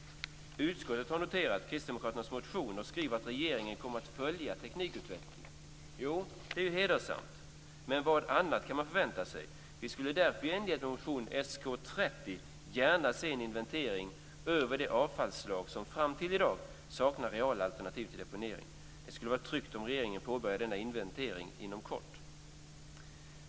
Utskottet har noterat Kristdemokraternas motion och skriver att regeringen kommer att följa teknikutvecklingen. Jo, det är hedersamt, men vad annat kan man förvänta sig. Vi skulle därför i enlighet med motion Sk30 gärna se en inventering över de avfallsslag som fram till i dag saknar reala alternativ till deponering. Det skulle vara tryggt om regeringen påbörjar denna inventering inom kort.